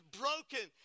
broken